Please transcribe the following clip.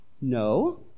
No